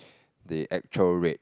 the actual rate